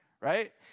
right